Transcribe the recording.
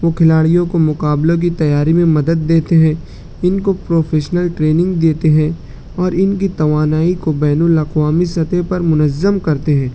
وہ کھلاڑیوں کو مقابلہ کی تیاری میں مدد دیتے ہیں ان کو پروفیشنل ٹریننگ دیتے ہیں اور ان کی توانائی کو بین الاقوامی سطح پر منظم کرتے ہیں